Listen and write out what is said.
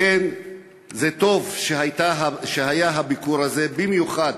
לכן טוב שהביקור הזה היה, במיוחד,